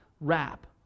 wrap